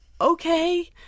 okay